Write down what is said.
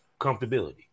comfortability